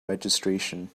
registration